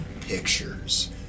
pictures